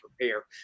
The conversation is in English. prepare